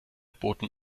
boten